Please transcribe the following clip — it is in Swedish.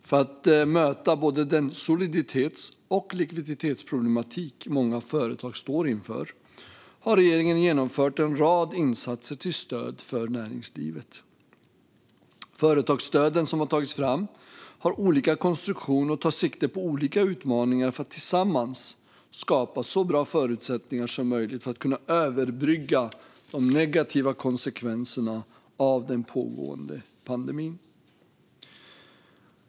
För att möta den soliditets och likviditetsproblematik många företag står inför har regeringen genomfört en rad insatser till stöd för näringslivet. Företagsstöden som har tagits fram har olika konstruktion och tar sikte på olika utmaningar för att tillsammans skapa så bra förutsättningar som möjligt för att kunna överbrygga de negativa konsekvenserna av den pågående pandemin.